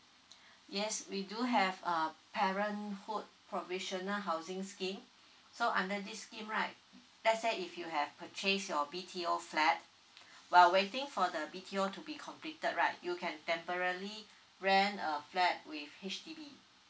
yes we do have uh parenthood provisional housing scheme so under this scheme right let's say if you have purchase your B_T_O flat while waiting for the B_T_O to be completed right you can temporarily rent a flat with H_D_B